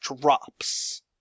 drops